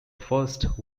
first